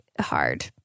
hard